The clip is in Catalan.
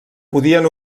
podien